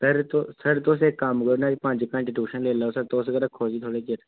sir sir तुस इक कम्म करो ना पंज घैंटे ट्यूशन लेई लैओ सर तुस गै रक्खो इसी थोह्ड़े चिर